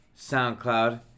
SoundCloud